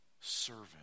servant